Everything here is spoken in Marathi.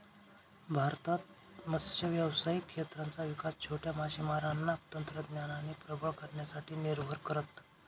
भारतात मत्स्य व्यावसायिक क्षेत्राचा विकास छोट्या मासेमारांना तंत्रज्ञानाने प्रबळ करण्यासाठी निर्भर करत